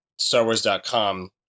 StarWars.com